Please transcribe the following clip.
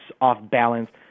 off-balance